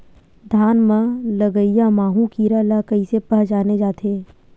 धान म लगईया माहु कीरा ल कइसे पहचाने जाथे?